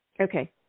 Okay